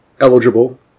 eligible